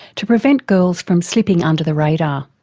to prevent girls from slipping under the radar.